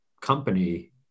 company